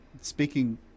Speaking